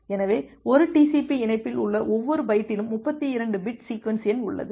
எனவே ஒரு TCP இணைப்பில் உள்ள ஒவ்வொரு பைட்டிலும் 32 பிட் சீக்வென்ஸ் எண் உள்ளது